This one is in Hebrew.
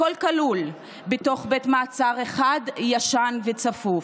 הכול כלול, בתוך בית מאסר אחד, ישן וצפוף.